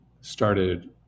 started